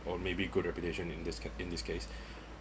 or maybe good reputation in this in this case